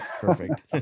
perfect